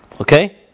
Okay